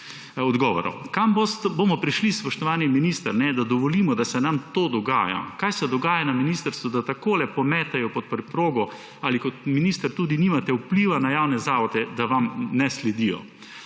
je jasno. Kam bomo prišli, spoštovani minister, da dovolimo, da se nam to dogaja? Kaj se dogaja na ministrstvu, da takole pometejo pod preprogo? Ali kot minister tudi nimate vpliva na javne zavode, da vam ne sledijo?